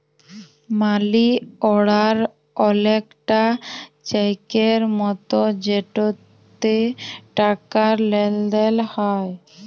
মালি অড়ার অলেকটা চ্যাকের মতো যেটতে টাকার লেলদেল হ্যয়